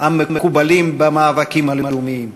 המקובלים במאבקים הלאומיים.